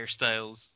hairstyles